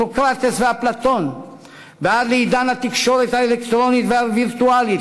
סוקרטס ואפלטון ועד לעידן התקשורת האלקטרונית והווירטואלית,